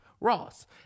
Ross